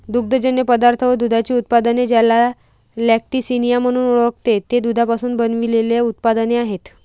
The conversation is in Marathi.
दुग्धजन्य पदार्थ व दुधाची उत्पादने, ज्याला लॅक्टिसिनिया म्हणून ओळखते, ते दुधापासून बनविलेले उत्पादने आहेत